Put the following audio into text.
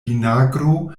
vinagro